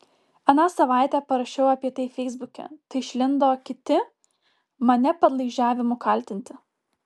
aną savaitę parašiau apie tai feisbuke tai išlindo kiti mane padlaižiavimu kaltinti